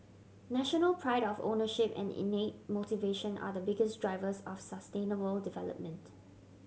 national pride of ownership and innate motivation are the biggest drivers of sustainable development